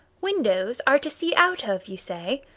windows are to see out of, you say.